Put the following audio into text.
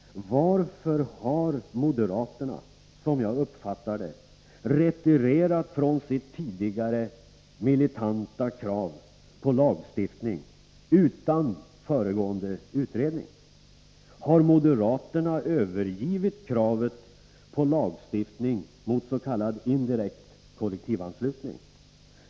Varför har moderaterna, som jag uppfattat det, retirerat från sina tidigare militanta krav på lagstiftning utan föregående utredning? Har moderaterna övergivit kravet på lagstiftning mot s.k. indirekt kollektivanslutning?